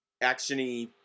action-y